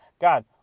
God